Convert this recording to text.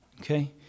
Okay